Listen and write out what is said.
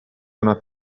una